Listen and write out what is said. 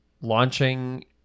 launching